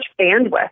bandwidth